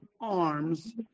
arms